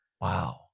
Wow